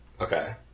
Okay